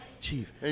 Chief